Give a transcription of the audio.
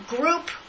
group